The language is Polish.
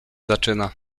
zaczyna